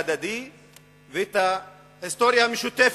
את הכבוד ההדדי ואת ההיסטוריה המשותפת.